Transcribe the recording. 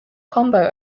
combo